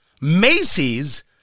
Macy's